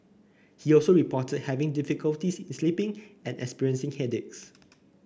he also reported having difficulty sleeping and experiencing headaches